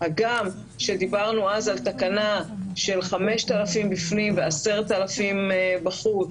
הגם שדיברנו אז על תקנה של 5,000 בפנים ו-10,000 בחוץ,